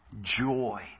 joy